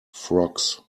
frocks